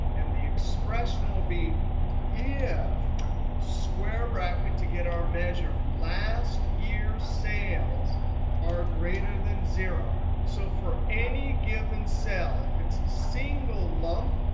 and the expression will be if square bracket to get our measure, last year's sales are greater than zero so for any given cell, if it's a and single month,